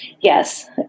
Yes